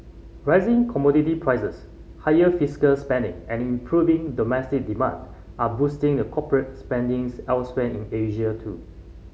rising commodity prices higher fiscal spending and improving domestic demand are boosting a corporate spending elsewhere in Asia too